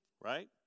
right